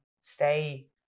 stay